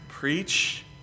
Preach